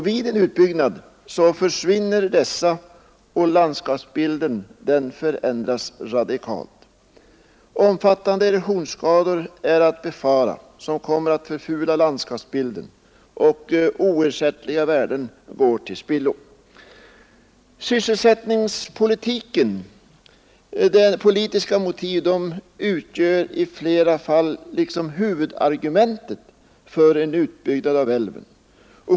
Vid en utbyggnad försvinner dessa och landskapsbilden förändras radikalt. Omfattande erosionsskador är att befara som kommer att förfula landskapsbilden, och oersättliga värden går till spillo. Sysselsättningspolitiska motiv utgör i flera fall huvudargumentet för en utbyggnad av älven.